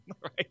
right